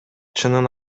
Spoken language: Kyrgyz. чынын